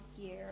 year